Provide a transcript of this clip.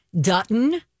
Dutton